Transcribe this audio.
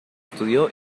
estudió